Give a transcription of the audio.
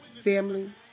Family